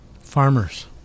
Farmers